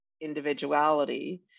individuality